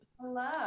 hello